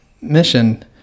mission